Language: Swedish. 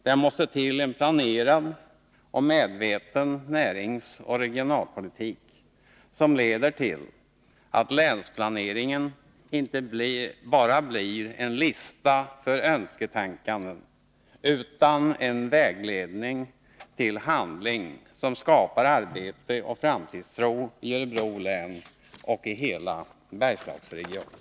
Det måste till en planerad och medveten näringsoch regionalpolitik, som leder till att länsplaneringen inte bara blir en lista för önsketänkanden, utan en vägledning till en handling som skapar arbete och framtidstro i Örebro län och hela Bergslagsregionen.